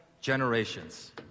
generations